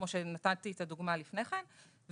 כמו שנתתי את הדוגמה לפני כן,